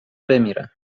بمیرم